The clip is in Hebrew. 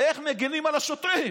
איך מגינים על השוטרים